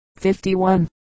51